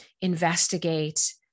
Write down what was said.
Investigate